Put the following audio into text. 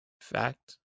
fact